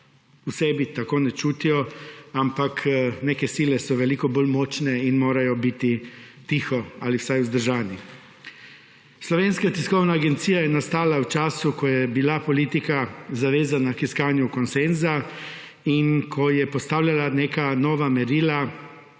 sebi tako ne čutijo, ampak neke sile so veliko bolj močne in morajo biti tiho ali vsaj vzdržani. Slovenska tiskovna agencija je nastala v času, ko je bila politika zavezana k iskanju konsenza in ko je postavljala neka nova merila,